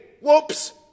whoops